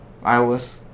iOS